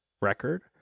record